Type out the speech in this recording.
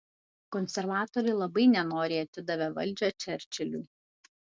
konservatoriai labai nenoriai atidavė valdžią čerčiliui